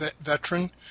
veteran